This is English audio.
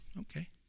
Okay